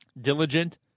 diligent